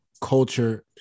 culture